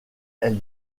elle